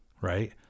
Right